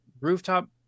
rooftop